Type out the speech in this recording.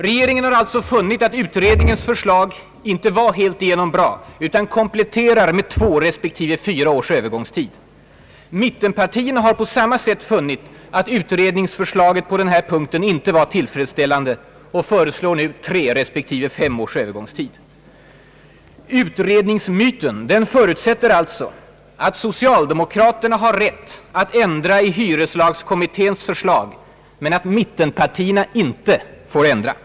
Regeringen har alltså funnit att utredningens förslag inte var helt igenom bra och kompletterar med två respektive fyra års övergångstid. Mittenpartierna har på samma sätt funnit att utredningsförslaget på denna punkt inte var tillfredsställande och föreslår nu tre respektive fem års övergångstid. Utredningsmyten förutsätter alltså att socialdemokraterna har rätt att ändra i hyreslagskommitténs förslag, men att mittenpartierna inte får ändra. Ang.